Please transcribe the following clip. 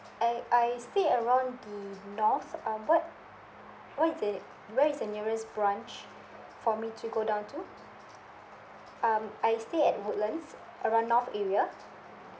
and I stay around the north um what what is it where is the nearest branch for me to go down to um I stay at woodlands around north area